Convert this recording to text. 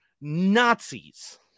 Nazis